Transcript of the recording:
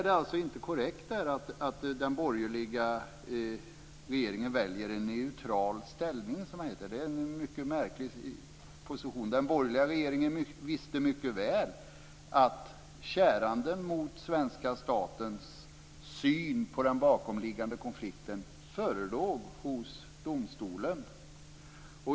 Det är inte korrekt att den borgerliga regeringen väljer en neutral ställning, som det heter. Det är en mycket märklig position. Den borgerliga regeringen visste mycket väl att kärandens, mot svenska staten, syn på den bakomliggande konflikten förelåg hos domstolen.